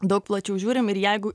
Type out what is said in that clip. daug plačiau žiūrim ir jeigu